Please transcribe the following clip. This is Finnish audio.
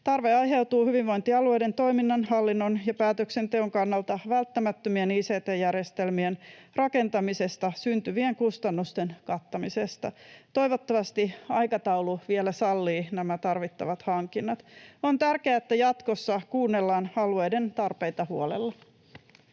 Tarve aiheutuu hyvinvointialueiden toiminnan, hallinnon ja päätöksenteon kannalta välttämättömien ict-järjestelmien rakentamisesta syntyvien kustannusten kattamisesta. Toivottavasti aikataulu vielä sallii nämä tarvittavat hankinnat. On tärkeää, että jatkossa kuunnellaan alueiden tarpeita huolella.